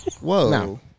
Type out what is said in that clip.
Whoa